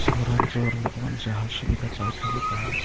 ସହରାଞ୍ଚଳର ଲୋକମାନେ ଯାହା ସୁବିଧା ପାଇଥାନ୍ତି ତାହା